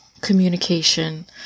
communication